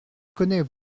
connais